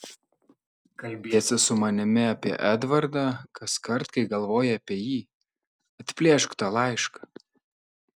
kalbiesi su manimi apie edvardą kaskart kai galvoji apie jį atplėšk tą laišką